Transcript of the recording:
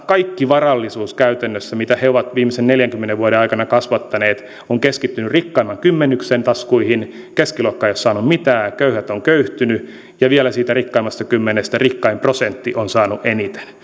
kaikki varallisuus käytännössä mitä he ovat viimeisen neljänkymmenen vuoden aikana kasvattaneet on keskittynyt rikkaimman kymmenyksen taskuihin keskiluokka ei ole saanut mitään ja köyhät ovat köyhtyneet ja vielä siitä rikkaimmasta kymmenyksestä rikkain prosentti on saanut eniten